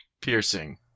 piercing